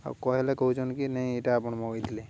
ଆଉ କହିଲେ କହୁଛନ୍ କି ନାଇଁଇଟା ଆପଣ ମଗାଇ ଥିଲେ